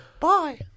Bye